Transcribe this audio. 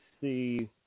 see